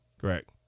Correct